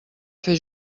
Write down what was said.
fer